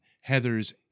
Heather's